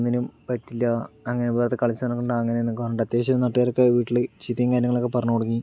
ഒന്നിനും പറ്റില്ല അങ്ങനെ ഉപകാരമില്ലാതെ കളിച്ചു നടക്കുന്നുണ്ട് അങ്ങനെ എന്നൊക്കെ പറഞ്ഞിട്ട് അത്യാവശ്യം നാട്ടുകാരൊക്കെ വീട്ടിൽ ചീത്തയും കാര്യങ്ങളൊക്കെ പറഞ്ഞു തുടങ്ങി